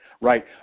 right